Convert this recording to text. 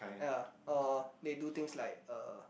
ya or they do things like uh